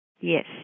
Yes